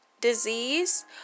disease